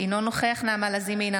אינו נוכח נעמה לזימי, אינה